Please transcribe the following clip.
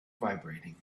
vibrating